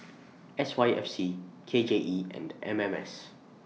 S Y F C K J E and M M S